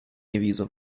визу